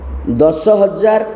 ଦଶ ହଜାର